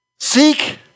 Seek